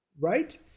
right